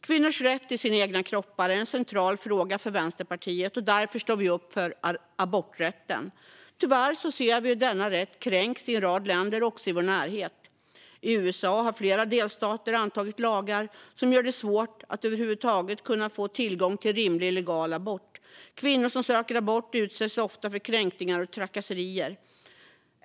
Kvinnors rätt till sina egna kroppar är en central fråga för Vänsterpartiet, och därför står vi upp för aborträtten. Tyvärr ser vi hur denna rätt kränks i en rad länder också i vår närhet. I USA har flera delstater antagit lagar som gör det svårt att över huvud taget få tillgång till rimlig och legal abort. Kvinnor som söker abort utsätts ofta för kränkningar och trakasserier.